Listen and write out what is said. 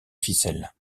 ficelle